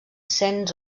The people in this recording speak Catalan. cents